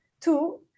Two